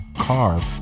carve